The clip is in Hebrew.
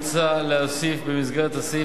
מוצע להוסיף במסגרת הסעיף,